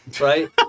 right